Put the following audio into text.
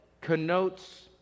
connotes